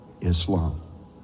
Islam